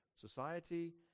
society